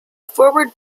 foreword